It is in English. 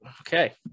Okay